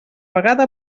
vegada